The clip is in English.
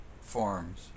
forms